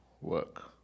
work